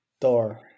Door